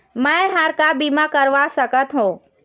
मैं हर का बीमा करवा सकत हो?